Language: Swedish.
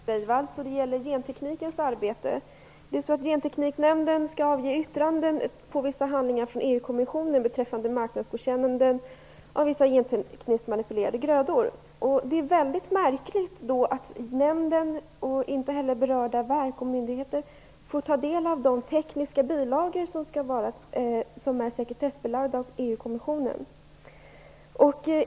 Fru talman! Jag har en fråga till justitieminister Laila Freivalds, och det gäller Gentekniknämndens arbete. Gentekniknämnden skall avge yttranden till vissa handlingar från EU-kommissionen beträffande marknadsgodkännanden av vissa gentekniskt manipulerade grödor. Det är då väldigt märkligt att inte nämnden, och inte heller berörda verk och myndigheter, får ta del av de tekniska bilagor som är sekretessbelagda av EU-kommissionen.